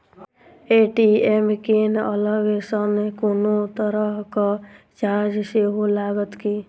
ATM केँ अलग सँ कोनो तरहक चार्ज सेहो लागत की?